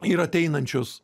ir ateinančius